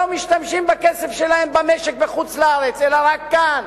שלא משתמשים בכסף שלהם במשק בחוץ-לארץ אלא רק כאן,